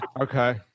Okay